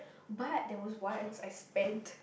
but there was once I spent